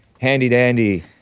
handy-dandy